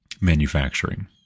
manufacturing